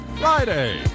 Friday